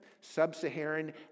Sub-Saharan